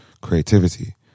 creativity